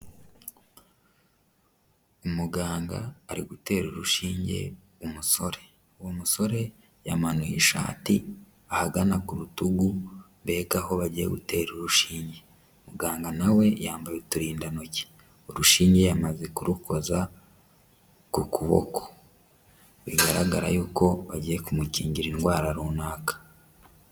Umuganga ari gutera urushinge umusore, uwo musore yamanuye ishati ahagana ku rutugu mbega aho bagiye gutera urushinge, muganga na we yambaye uturindantoki, urushinge yamaze kurukoza ku kuboko, bigaragara y'uko bagiye kumukingira indwara runaka.